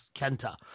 Kenta